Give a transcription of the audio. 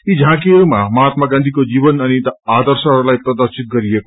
यी झाँकीहरूमा माहात्मा गान्धीको जीवन अनि आर्दशहरूलाई प्रदर्षित गरियो